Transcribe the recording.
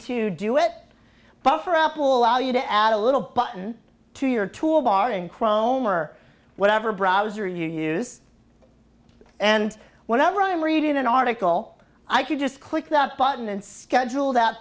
to do it buffer up will allow you to add a little button to your toolbar in chrome or whatever browser you use and whenever i'm reading an article i can just quickly that button and schedule that